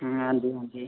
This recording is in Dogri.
हां हांजी हांजी